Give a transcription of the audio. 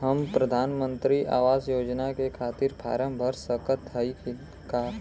हम प्रधान मंत्री आवास योजना के खातिर फारम भर सकत हयी का?